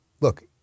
look